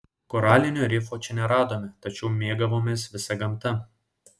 koralinio rifo čia neradome tačiau mėgavomės visa gamta